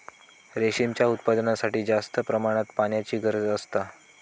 रेशीमच्या उत्पादनासाठी जास्त प्रमाणात पाण्याची गरज असता